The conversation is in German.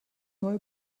neue